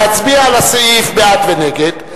להצביע על הסעיף בעד ונגד,